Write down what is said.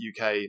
uk